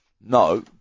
No